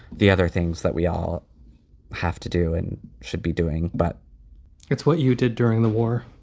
the other things that we all have to do and should be doing. but it's what you did during the war.